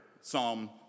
Psalm